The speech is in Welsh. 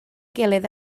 gilydd